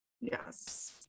Yes